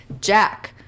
Jack